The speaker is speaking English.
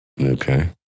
Okay